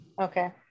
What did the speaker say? okay